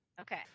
Okay